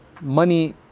Money